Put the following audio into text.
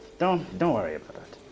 don't, don't worry about it!